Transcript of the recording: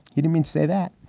you mean say that.